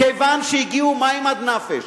כיוון שהגיעו מים עד נפש.